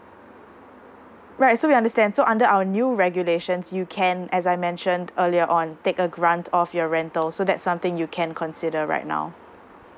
right so we understand so under our new regulations you can as I mentioned earlier on take a grant of your rental so that's something you can consider right now